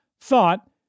thought